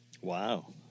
Wow